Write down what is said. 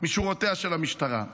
משורותיה של המשטרה.